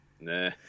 Nah